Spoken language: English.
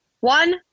one